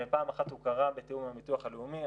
בפעם אחת הוא קרה בתאום עם הביטוח הלאומי.